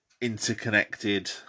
interconnected